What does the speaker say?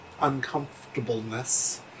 uncomfortableness